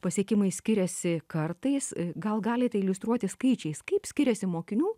pasiekimai skiriasi kartais gal galite iliustruoti skaičiais kaip skiriasi mokinių